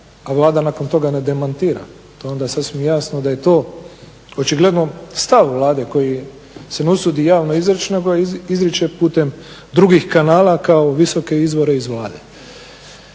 a Vlada nakon toga ne demantira. To je onda sasvim jasno da je to očigledno stav Vlade koji se ne usudi javno izreći, nego izriče putem drugih kanala kao visoke izvore iz Vlade.